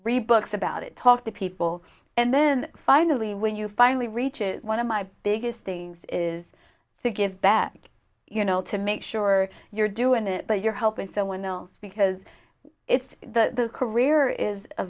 re books about it talk to people and then finally when you finally reach it one of my biggest things is to give back you know to make sure you're doing it but you're helping someone else because it's the career is a